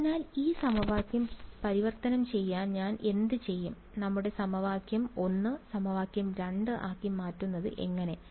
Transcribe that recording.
അതിനാൽ ഈ സമവാക്യം പരിവർത്തനം ചെയ്യാൻ ഞാൻ എന്ത് ചെയ്യും നമ്മുടെ സമവാക്യം 1 സമവാക്യം 2 ആക്കി മാറ്റുന്നത് എങ്ങനെ